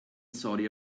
saudi